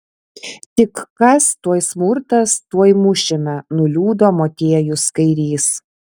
tik kas tuoj smurtas tuoj mušime nuliūdo motiejus kairys